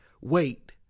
wait